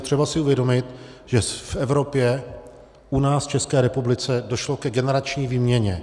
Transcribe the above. Je třeba si uvědomit, že v Evropě u nás v České republice došlo ke generační výměně.